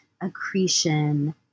accretion